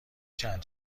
چند